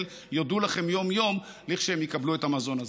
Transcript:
יודו לכם יום-יום לכשיקבלו את המזון הזה.